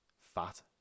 Fat